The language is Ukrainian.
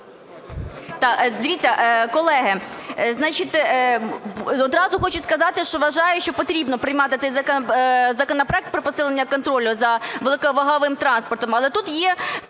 Дивіться, колеги, значить, одразу хочу сказати, що вважаю, що потрібно приймати цей законопроект про посилення контролю за великоваговим транспортом.